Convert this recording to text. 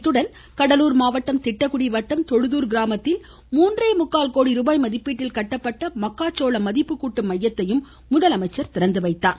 இத்துடன் கடலூர் மாவட்டம் திட்டக்குடி வட்டம் தொழுதூர் கிராமத்தில் மூன்றேமுக்கால் கோடி ரூபாய் மதிப்பீட்டில் கட்டப்பட்ட மக்காச்சோளம் மதிப்புக் கூட்டும் மையத்தையும் திறந்து வைத்தார்